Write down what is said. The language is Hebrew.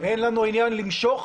אין לנו עניין למשוך.